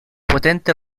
potente